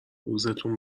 روزتون